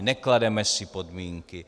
Neklademe si podmínky.